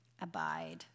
Abide